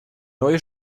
neue